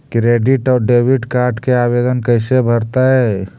Credit और debit card के आवेदन कैसे भरैतैय?